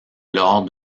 lors